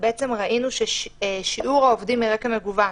ובעצם ראינו ששיעור העובדים מרקע מגוון,